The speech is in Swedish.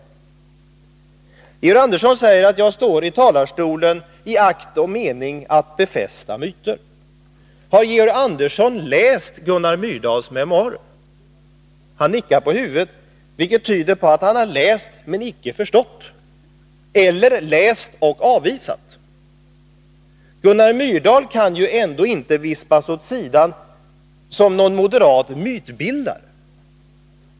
Georg Andersson säger att jag står i talarstolen i akt och mening att befästa myter. Har Georg Andersson läst Gunnar Myrdals memoarer? Georg Andersson nickar på huvudet, vilket tyder på att han har läst men inte förstått eller läst och avvisat. Gunnar Myrdal kan ändå inte vispas åt sidan som någon moderat mytbildare.